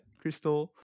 Crystal